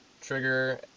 trigger